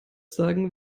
sagen